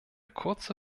kurze